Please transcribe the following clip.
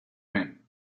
men